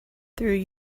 through